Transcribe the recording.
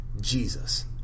Jesus